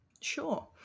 sure